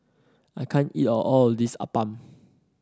I can't eat all of this appam